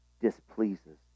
displeases